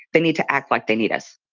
they need to act like they need us.